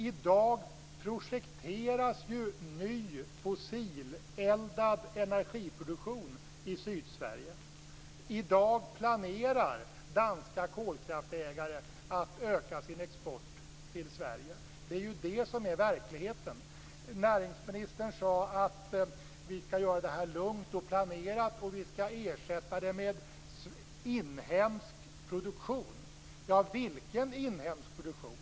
I dag projekteras ju ny fossileldad energiproduktion i Sydsverige. I dag planerar danska kolkraftverksägare att öka sin export till Sverige. Det är verkligheten. Näringsministern sade att vi skall göra detta lugnt och planerat och att vi skall ersätta det med inhemsk produktion. Vilken inhemsk produktion?